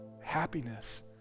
happiness